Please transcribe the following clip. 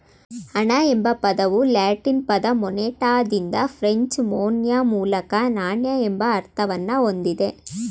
ಹಣ ಎಂಬ ಪದವು ಲ್ಯಾಟಿನ್ ಪದ ಮೊನೆಟಾದಿಂದ ಫ್ರೆಂಚ್ ಮೊನ್ಯೆ ಮೂಲಕ ನಾಣ್ಯ ಎಂಬ ಅರ್ಥವನ್ನ ಹೊಂದಿದೆ